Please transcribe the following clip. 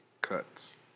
cuts